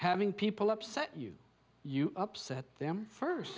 having people upset you you upset them first